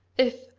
if,